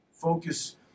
focus